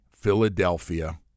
Philadelphia